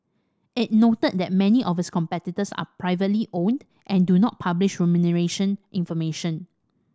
it noted that many of its competitors are privately owned and do not publish remuneration information